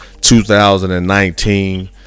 2019